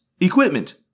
equipment